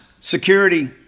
Security